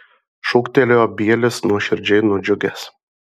šūktelėjo bielis nuoširdžiai nudžiugęs